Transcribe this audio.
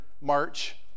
March